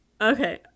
Okay